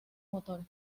motores